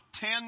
ten